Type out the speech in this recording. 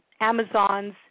Amazon's